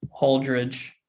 Holdridge